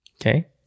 okay